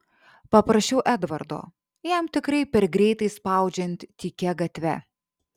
paprašiau edvardo jam tikrai per greitai spaudžiant tykia gatve